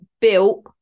built